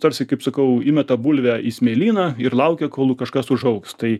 tarsi kaip sakau įmeta bulvę į smėlyną ir laukia kol kažkas užaugs tai